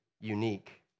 unique